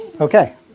Okay